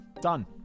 Done